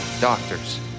doctors